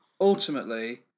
Ultimately